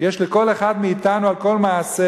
יש לכל אחד מאתנו על כל מעשה.